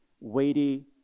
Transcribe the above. weighty